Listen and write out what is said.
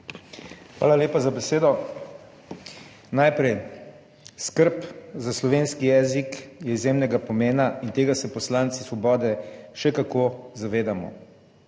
Hvala lepa za besedo. Najprej, skrb za slovenski jezik je izjemnega pomena in tega se poslanci Svobode še kako zavedamo.